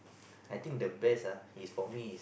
I think the best ah is for me